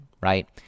right